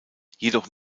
jedoch